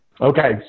Okay